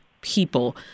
people